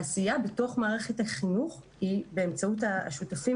העשייה בתוך מערכת החינוך היא באמצעות השותפים